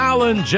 Alan